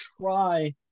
try